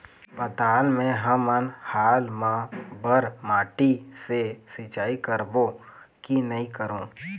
पताल मे हमन हाल मा बर माटी से सिचाई करबो की नई करों?